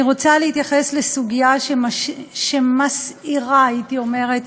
אני רוצה להתייחס לסוגיה שמסעירה, הייתי אומרת,